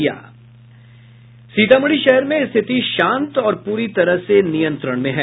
सीतामढ़ी शहर में स्थिति शांत और पूरी तरह से नियंत्रण में है